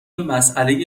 مسئله